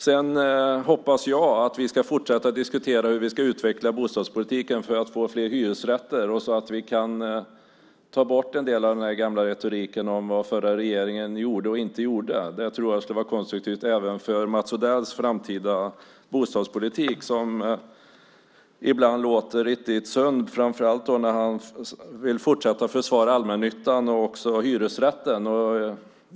Jag hoppas att vi ska fortsätta att diskutera hur vi ska utveckla bostadspolitiken för att få fler hyresrätter och så att vi kan ta bort en del av den här gamla retoriken om vad förra regeringen gjorde och inte gjorde. Det tror jag skulle vara konstruktivt även för Mats Odells framtida bostadspolitik, som ibland låter riktigt sund, framför allt när han vill fortsätta att försvara allmännyttan och också hyresrätten.